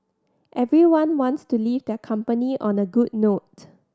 everyone wants to leave their company on a good note